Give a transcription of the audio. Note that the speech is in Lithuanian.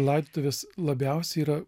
laidotuvės labiausiai yra